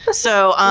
but so, um